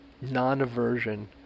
Non-aversion